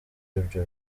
ibyo